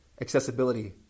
accessibility